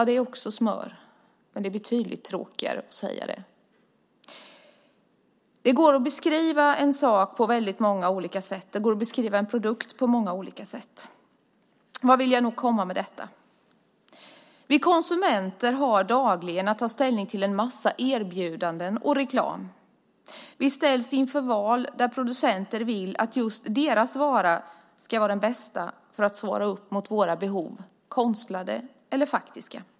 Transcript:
Det är alltså smör, men det är betydligt tråkigare att säga det. Det går att beskriva en sak på väldigt många olika sätt. Det går att beskriva en produkt på många olika sätt. Vart vill jag nu komma med detta? Vi konsumenter har dagligen att ta ställning till en massa erbjudanden och reklam. Vi ställs inför val där producenter vill att just deras vara ska vara den bästa att svara upp mot våra behov, konstlade eller faktiska.